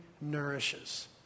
nourishes